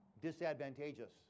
disadvantageous